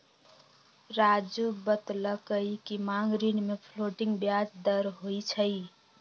राज़ू बतलकई कि मांग ऋण में फ्लोटिंग ब्याज दर होई छई